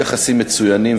יש יחסים מצוינים,